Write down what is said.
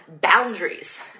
boundaries